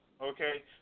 okay